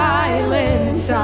silence